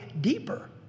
deeper